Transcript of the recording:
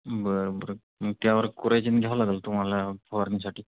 बरं बरं मग त्यावर कोरायजन घ्यावं लागेल तुम्हाला फवारणीसाठी